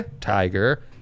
tiger